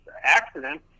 accident